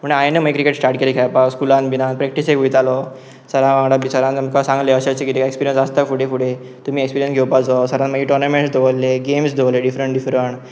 म्हूण हांवे मागीर क्रिकेट स्टार्ट केली खेळपाक स्कूलान प्रक्टीसेक वयतालो सारा वांगडा बी सान सांगलें अशें अशें एक्सपिरियंस आसता फुडें तुमी एक्सपीरियंस घेवपाक सरान मागी टर्नामेंट्स दवरले गेम्स दवरले डिफरंट डिफरंट